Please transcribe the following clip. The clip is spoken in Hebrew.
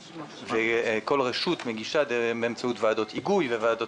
כל רשות מגישה באמצעות ועדות היגוי וועדות